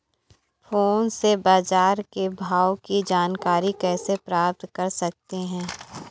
Phone से बाजार के भाव की जानकारी कैसे प्राप्त कर सकते हैं?